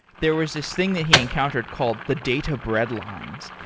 there was this thing that he encountered called the data breadlines.